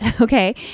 okay